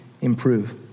improve